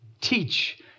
teach